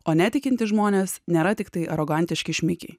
o netikintys žmonės nėra tiktai arogantiški šmikiai